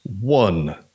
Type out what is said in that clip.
one